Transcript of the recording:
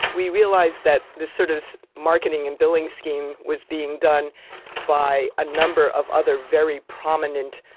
we realized that this sort of marketing and billing scheme was being done by a number of other very prominent,